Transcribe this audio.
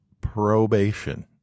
probation